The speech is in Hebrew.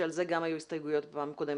שעל זה גם היו הסתייגויות בפעם הקודמת?